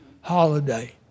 holiday